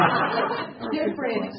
Different